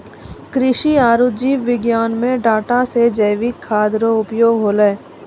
कृषि आरु जीव विज्ञान मे डाटा से जैविक खाद्य रो उपयोग होलै